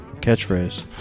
catchphrase